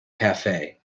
cafe